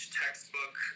textbook